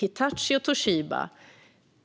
Hitachi och Toshiba